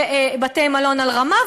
בתי-מלון על רמה,